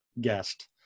guest